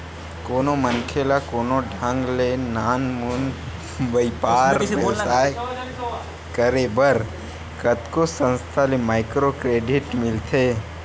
कोनो मनखे ल कोनो ढंग ले नानमुन बइपार बेवसाय करे बर कतको संस्था ले माइक्रो क्रेडिट मिलथे